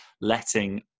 letting